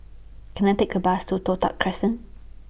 Can I Take A Bus to Toh Tuck Crescent